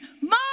more